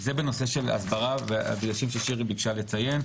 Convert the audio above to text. של הסברה והדגשים ששירי ביקשה לציין.